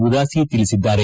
ಉದಾಸಿ ತಿಳಿಸಿದ್ದಾರೆ